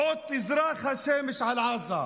עוד תזרח השמש על עזה,